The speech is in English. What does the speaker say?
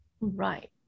Right